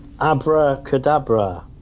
abracadabra